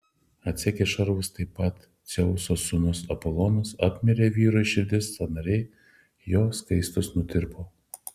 atsegė šarvus taip pat jam dzeuso sūnus apolonas apmirė vyrui širdis sąnariai jo skaistūs nutirpo